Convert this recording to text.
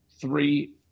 Three